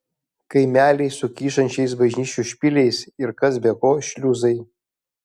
kaimeliai su kyšančiais bažnyčių špiliais ir kas be ko šliuzai